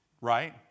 right